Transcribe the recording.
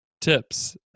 tips